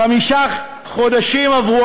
חמישה חודשים עברו,